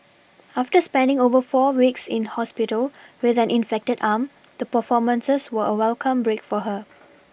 after spending over four weeks in hospital with an infected arm the performances were a welcome break for her